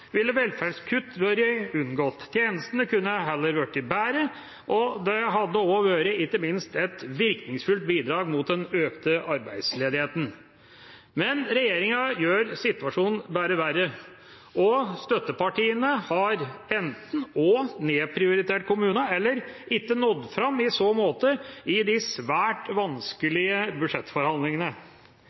ville velferdskutt vært unngått, tjenestene kunne blitt bedre, og det hadde – ikke minst – vært et virkningsfullt bidrag mot den økte arbeidsledigheten. Men regjeringa gjør situasjonen bare verre, og støttepartiene har enten også nedprioritert kommunene eller ikke nådd fram – i så måte – i de svært vanskelige budsjettforhandlingene.